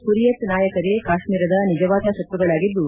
ಹುರಿಯತ್ ನಾಯಕರೇ ಕಾಶ್ನೀರದ ನಿಜವಾದ ಶತ್ರುಗಳಾಗಿದ್ದು